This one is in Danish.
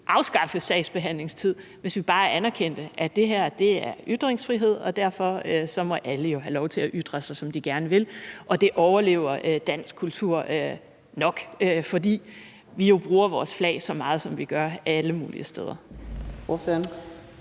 afskaffe sagsbehandlingstiden, hvis vi bare anerkendte, at det her handler om ytringsfrihed, og derfor må alle jo have lov til at ytre sig, som de gerne vil. Det overlever dansk kultur nok, fordi vi jo bruger vores flag så meget, som vi gør, alle mulige steder.